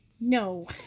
No